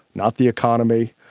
not the economy.